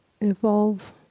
evolve